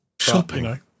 Shopping